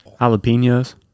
jalapenos